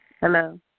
Hello